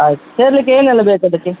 ಆಯ್ತು ಸೇರಲಿಕ್ಕೆ ಏನೆಲ್ಲ ಬೇಕು ಅದಕ್ಕೆ